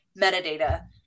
metadata